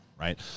Right